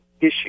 issue